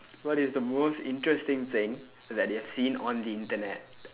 what is the most interesting thing that you have seen on the internet